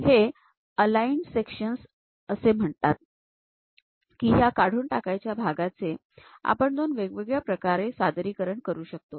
हे aligned sections असे म्हणतात की ह्या काढून टाकायच्या भागांचे आपण दोन वेगवेगळ्या प्रकारे सादरीकरण करू शकतो